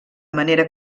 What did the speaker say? manera